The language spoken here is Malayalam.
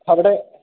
അവിടെ